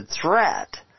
threat